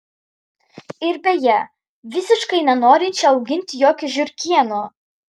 ir beje visiškai nenorinčią auginti jokio žiurkėno